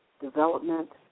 development